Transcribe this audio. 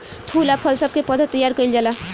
फूल आ फल सब के पौधा तैयार कइल जाला